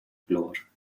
floor